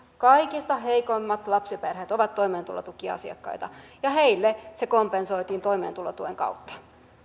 kaikista heikoimmat lapsiperheet ovat toimeentulotukiasiakkaita ja heille se kompensoitiin toimeentulotuen kautta